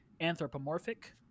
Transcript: anthropomorphic